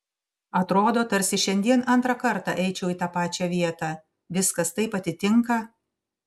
atrodo tarsi šiandien antrą kartą eičiau į tą pačią vietą viskas taip atitinka